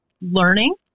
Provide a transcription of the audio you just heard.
learning